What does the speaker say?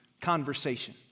conversation